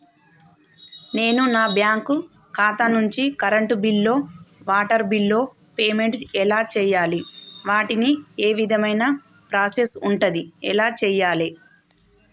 నేను నా బ్యాంకు ఖాతా నుంచి కరెంట్ బిల్లో వాటర్ బిల్లో పేమెంట్ ఎలా చేయాలి? వాటికి ఏ విధమైన ప్రాసెస్ ఉంటది? ఎలా చేయాలే?